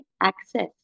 access